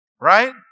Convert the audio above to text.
right